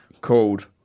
called